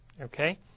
okay